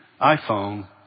iPhone